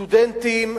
סטודנטים